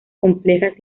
complejas